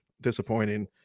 Disappointing